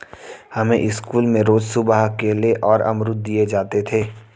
हमें स्कूल में रोज सुबह केले और अमरुद दिए जाते थे